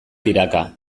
tiraka